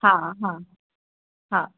हा हा हा